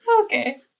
Okay